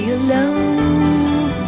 alone